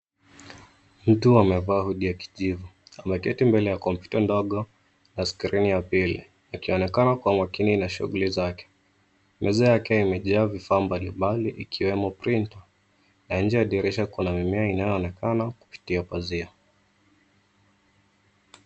Mtu amevaa hoodie ya kijivu. Ameketi mbele ya kompyuta ndogo na skrini ya pili akionekana kwa makini na shughuli zake. Meza yake imejaa vifaa mbalimbali ikiwemo printer na nje ya dirisha kuna mimea inayoonekana kupitia pazia.